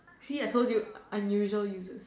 see I told you unusual you know